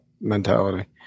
mentality